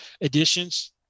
additions